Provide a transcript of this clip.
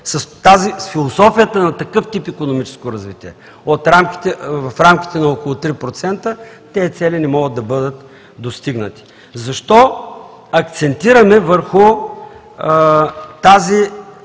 с философията на такъв тип икономическо развитие – в рамките на около 3%, тези цели не могат да бъдат достигнати. Защо акцентираме върху тази